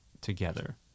together